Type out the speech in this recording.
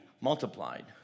multiplied